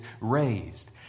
raised